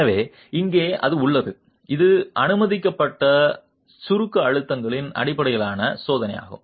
எனவே அங்கே அது உள்ளது இது அனுமதிக்கப்பட்ட சுருக்க அழுத்தங்களின் அடிப்படையிலான சோதனையாகும்